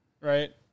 right